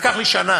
לקח לי שנה.